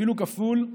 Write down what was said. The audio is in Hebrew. אפילו כפול,